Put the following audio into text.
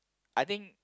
I think